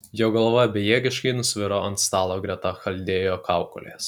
jo galva bejėgiškai nusviro ant stalo greta chaldėjo kaukolės